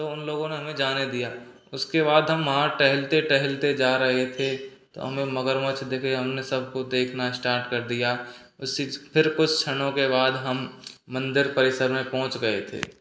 तो उन लोगों ने हमें जाने दिया उसके बाद हम वहाँ टहलते टहलते जा रहे थे तो हमें मगरमच्छ दिखे हमने सब को देखना स्टार्ट कर दिया फिर कुछ क्षणों के बाद हम मंदिर परिसर में पहुँच गए थे